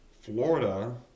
Florida